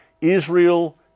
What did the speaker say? Israel